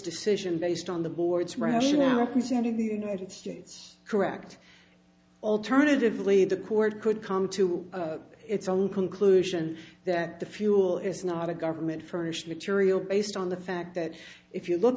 decision based on the board's rationale representing the united states correct alternatively the court could come to its own conclusion that the fuel is not a government furnished material based on the fact that if you look